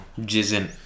jizzing